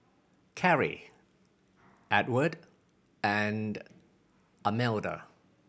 Carri Edward and Almeda